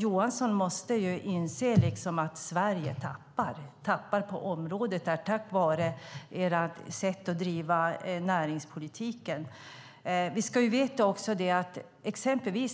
Johansson måste inse att Sverige tappar på detta område på grund av ert sätt att bedriva näringspolitik.